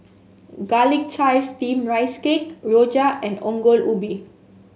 Garlic Chives Steamed Rice Cake Rojak and Ongol Ubi